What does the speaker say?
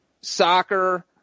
soccer